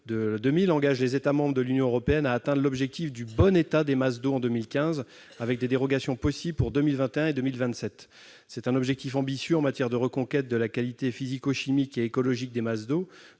la DCE, engage les États membres de l'Union européenne à atteindre l'objectif du « bon état » des masses d'eau en 2015, avec des dérogations possibles pour 2021 et 2027. C'est un objectif ambitieux en matière de reconquête de la qualité physico-chimique et écologique des masses d'eau,